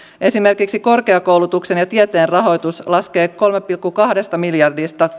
esimerkiksi korkeakoulutuksen ja tieteen rahoitus laskee kolmesta pilkku kahdesta miljardista